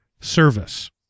service